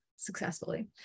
successfully